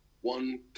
one